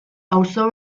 auzo